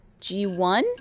G1